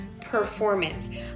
performance